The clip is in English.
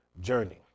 journey